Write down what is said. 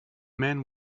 man